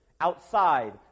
outside